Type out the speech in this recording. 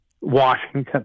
Washington